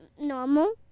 Normal